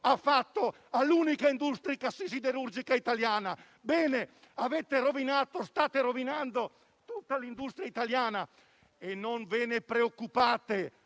ha fatto all'unica industria siderurgica italiana, avete rovinato e state rovinando tutta l'industria italiana! E non ve ne preoccupate,